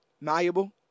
malleable